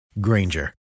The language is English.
Granger